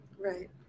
Right